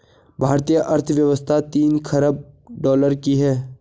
भारतीय अर्थव्यवस्था तीन ख़रब डॉलर की है